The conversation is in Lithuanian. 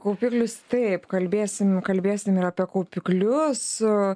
kaupiklius taip kalbėsim kalbėsim ir apie kaupiklius